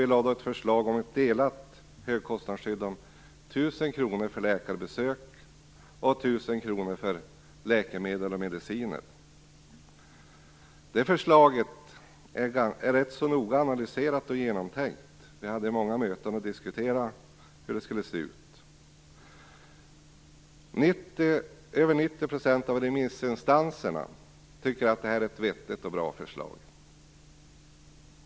Vi lade fram ett förslag om ett delat högkostnadsskydd om Det förslaget är rätt så noga analyserat och genomtänkt. Vi hade många möten där vi diskuterade hur det skulle se ut. Över 90 % av remissinstanserna tycker att det är ett vettigt och bra förslag.